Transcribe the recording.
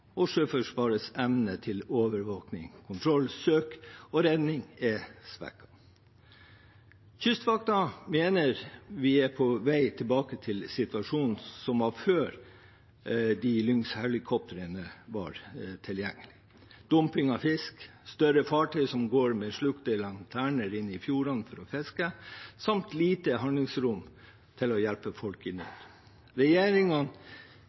og Sjøforsvarets evne til overvåkning, kontroll, søk og redning er svekket. Kystvakten mener vi er på vei tilbake til situasjonen som var før Lynx-helikoptrene var tilgjengelig: dumping av fisk, større fartøy som går med slokte lanterner inne i fjordene for å fiske samt lite handlingsrom for å hjelpe folk i